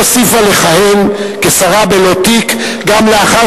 והיא הוסיפה לכהן כשרה בלא תיק גם לאחר